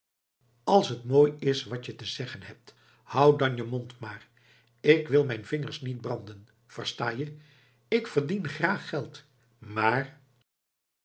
als t zoo mooi is wat je te zeggen hebt hou dan je mond maar k wil mijn vingers niet branden versta je k verdien graag geld maar